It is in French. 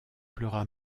pleura